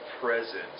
presence